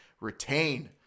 retain